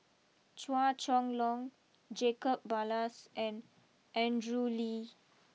Chua Chong long Jacob Ballas and Andrew Lee